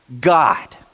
God